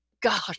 God